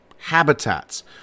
habitats